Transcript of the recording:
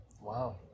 Wow